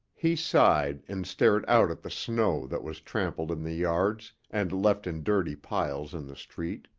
he sighed and stared out at the snow that was trampled in the yards and left in dirty piles in the street.